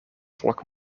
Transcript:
volk